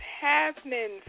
happening